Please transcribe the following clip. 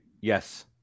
Yes